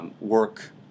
Work